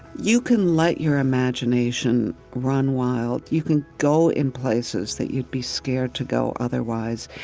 you can let your imagination run wild. you can go in places that you'd be scared to go otherwise.